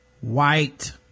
white